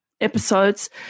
episodes